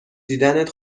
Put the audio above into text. دیدنت